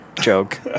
joke